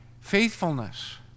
Faithfulness